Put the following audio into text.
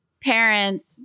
parents